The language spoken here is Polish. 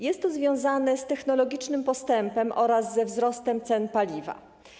Jest to związane z technologicznym postępem oraz ze wzrostem cen paliwa.